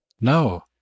No